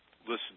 listen